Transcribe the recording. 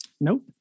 nope